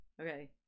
Okay